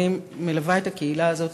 אני מלווה את הקהילה הזאת